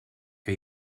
que